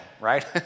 right